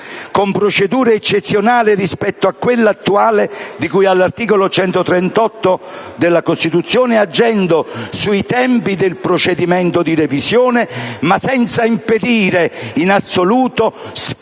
con procedure eccezionali rispetto a quella attuale, di cui all'articolo 138 della Costituzione, agendo sui tempi del procedimento di revisione ma senza impedire in assoluto spazi